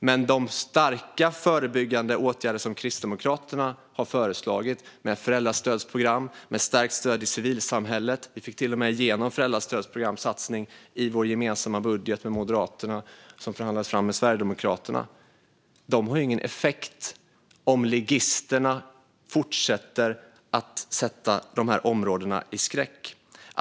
Men de starka och förebyggande åtgärder som Kristdemokraterna har föreslagit med ett föräldrastödsprogram och med ett stärkt stöd i civilsamhället - vi fick till och med igenom satsningen på ett föräldrastödsprogram i vår gemensamma budget med Moderaterna som förhandlades fram med Sverigedemokraterna - har ingen effekt om ligisterna fortsätter att sätta dessa områden i skräck.